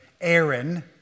Aaron